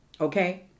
okay